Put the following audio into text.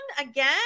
again